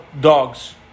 dogs